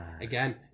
again